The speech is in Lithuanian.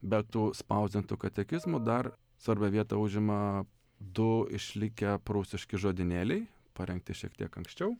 be tų spausdintų katekizmų dar svarbią vietą užima du išlikę prūsiški žodynėliai parengti šiek tiek anksčiau